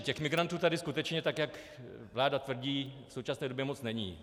Těch migrantů tady skutečně, tak jak vláda tvrdí, v současné době moc není.